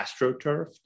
astroturfed